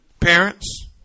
Parents